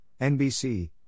NBC